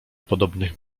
podobnych